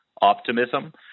optimism